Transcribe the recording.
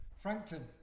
Frankton